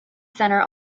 center